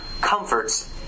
comforts